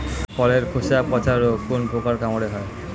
ফলের খোসা পচা রোগ কোন পোকার কামড়ে হয়?